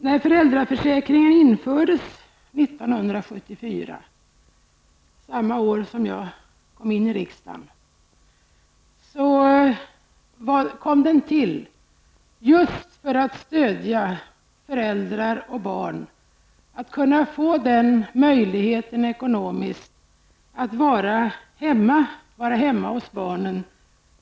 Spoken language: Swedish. När föräldraförsäkringen infördes 1974 -- samma år som jag kom in i riksdagen -- var avsikten att stödja föräldrar och barn så att föräldrarna skulle kunna få ekonomisk möjlighet att vara hemma hos barnen.